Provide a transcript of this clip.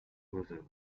others